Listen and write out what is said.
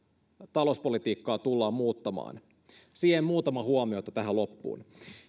talouspolitiikkaa tullaan muuttamaan siihen muutama huomio tähän loppuun